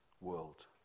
world